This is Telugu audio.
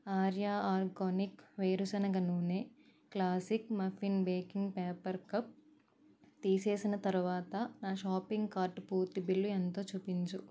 ఆర్యా ఆర్గానిక్ వేరుశనగ నూనె classic muffin baking paper cup తీసేసిన తరువాత నా షాపింగ్ కార్టు పూర్తి బిల్లు ఎంతో చూపించు